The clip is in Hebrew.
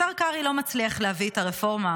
השר קרעי לא מצליח להביא את הרפורמה,